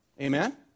Amen